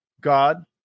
God